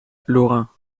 lorrain